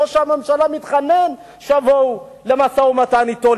ראש הממשלה מתחנן שיבואו למשא-ומתן אתו.